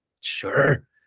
sure